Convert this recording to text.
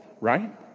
right